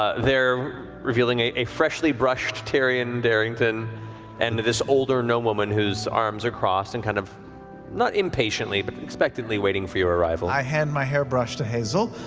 ah there revealing a freshly brushed taryon darrington and this older gnome woman whose arms are crossed and, kind of not impatiently, but expectantly waiting for your arrival. sam i hand my hairbrush to hazel.